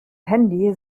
handy